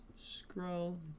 scroll